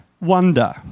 wonder